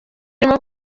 irimo